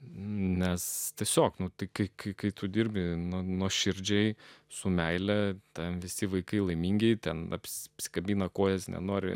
nes tiesiog nutikti kai tu dirbi nuoširdžiai su meile tam visi vaikai laimingi ten apsikabina kojas nenori